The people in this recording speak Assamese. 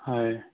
হয়